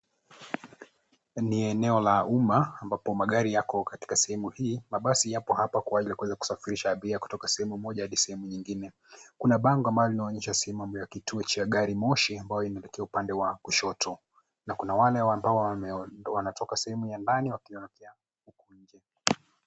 Ni eneo la umma ambapo magari yako katika sehemu hii, mabasi yapo hapa kwa ajili ya kusafirisha abiria kutoka sehemu moja hadi nyingine .Kuna bango ambalo linaloonyesha sehemu ya kutuo cha garimoshi ambayo inaelekea upande wa kushoto, na kuna wale ambao wanatoka sehemu ya ndani wakielekea huku nje.